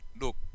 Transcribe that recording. look